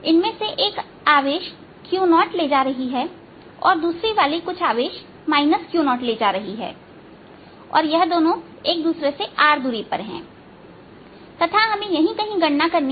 इनमें से एक आवेश Q0ले जा रही है और दूसरी वाली कुछ आवेश Q0 ले जा रही है और यह एक दूसरे से R दूरी पर हैं तथा हमें यही कहीं गणना करनी है